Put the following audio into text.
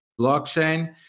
blockchain